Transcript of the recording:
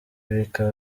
bikaba